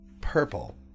Purple